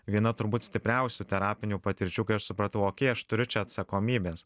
viena turbūt stipriausių terapinių patirčių kai aš supratau okei aš turiu čia atsakomybės